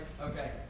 Okay